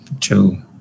True